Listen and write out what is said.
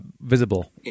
visible